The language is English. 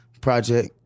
project